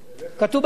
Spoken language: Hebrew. כתוב בתורה.